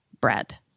bread